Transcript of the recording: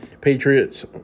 Patriots